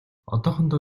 одоохондоо